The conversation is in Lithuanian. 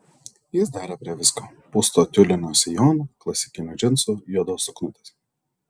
jis dera prie visko pūsto tiulinio sijono klasikinių džinsų juodos suknutės